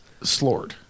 Slord